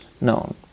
known